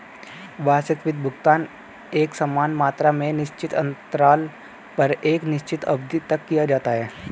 वार्षिक वित्त भुगतान एकसमान मात्रा में निश्चित अन्तराल पर एक निश्चित अवधि तक किया जाता है